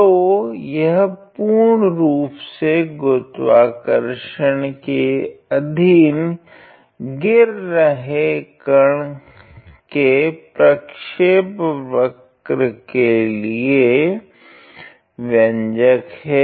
तो यह पूर्ण रूप से गुरुत्वाकर्षण के अधीन गिर रहे कण के प्रखेपवक्र के लिए व्यंजक है